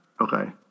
Okay